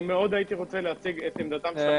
אשמח להציג את עמדתם של המתמחים.